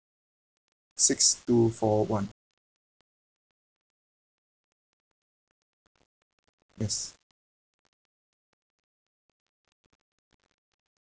six two four one yes